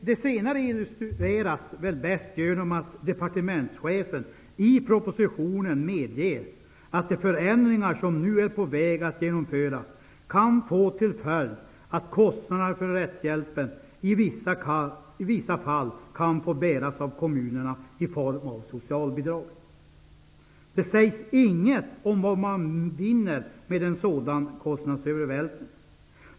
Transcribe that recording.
Det senare illustreras bäst genom att departementschefen i propositionen medger att de förändringar som nu är på väg att genomföras, kan få till följd att kostnaderna för rättshjälpen i vissa fall kan få bäras av kommunerna i form av socialbidrag. Det sägs inget om vad man vinner med en sådan kostnadsövervältring.